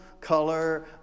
color